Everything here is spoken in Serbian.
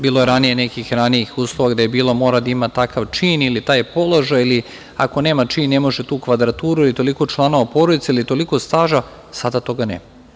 Bilo je nekad ranije nekih ranijih uslova gde je bilo mora da ima takav čin ili taj položaj, ako nema čin, ne može tu kvadraturu i toliko članova porodica ili toliko staža, sada toga nema.